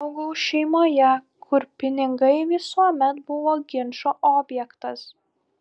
augau šeimoje kur pinigai visuomet buvo ginčo objektas